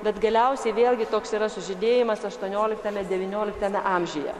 bet galiausiai vėlgi toks yra sužydėjimas aštuonioliktame devynioliktame amžiuje